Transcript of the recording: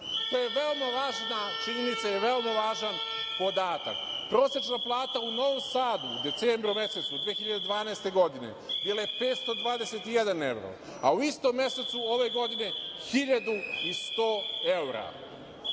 što je veoma važna činjenica i veoma važan podatak. Prosečna plata u Novom Sadu, u decembru mesecu 2012. godine, bila je 521 evro, a u istom mesecu ove godine 1.100